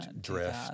drift